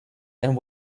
and